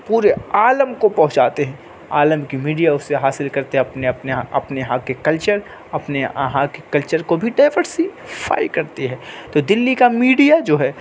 پورے عالم کو پہنچاتے ہیں عالم کی میڈیا اسے حاصل کر کے اپنے اپنے اپنے یہاں کے کلچر اپنے آہاں کے کلچر کو بھی ڈائورسیفائی کرتی ہے تو دلی کا میڈیا جو ہے